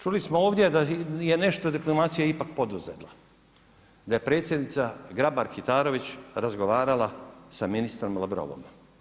Čuli smo ovdje da je nešto diplomacija ipak poduzela, da je predsjednica Grabar-Kitarović razgovarala sa ministrom Lavrovom.